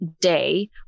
day